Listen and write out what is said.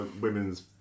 women's